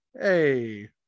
Hey